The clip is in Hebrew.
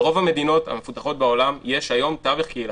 ברוב המדינות המפותחות בעולם יש היום תווך קהילתי.